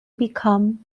become